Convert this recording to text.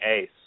ace